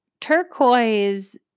turquoise